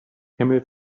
camel